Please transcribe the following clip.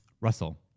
Russell